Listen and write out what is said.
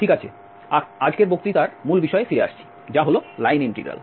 ঠিক আছে আজকের বক্তৃতার মূল বিষয়ে ফিরে আসছি যা হলো লাইন ইন্টিগ্রাল